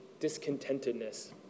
discontentedness